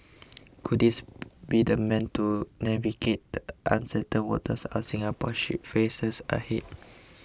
could this be the man to navigate the uncertain waters our Singapore ship faces ahead